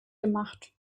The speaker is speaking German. gemacht